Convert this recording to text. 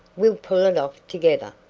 we'll pull it off together.